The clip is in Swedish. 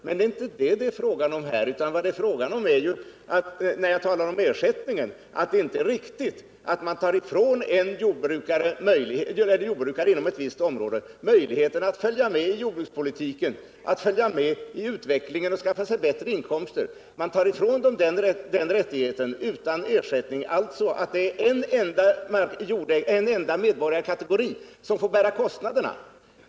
Men det är inte detta det är fråga om här, utan när jag talar om ersättningen är det fråga om att det inte är riktigt att ta ifrån en jordbrukare inom ett visst område möjligheten att följa med i jordbrukspolitiken, att följa med i utvecklingen och skaffa sig bättre inkomster. Man tar ifrån jordbrukarna den rättigheten utan ersättning. Det är alltså en enda medborgarkategori som får bära kostnaderna.